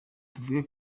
tuvuge